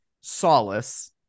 solace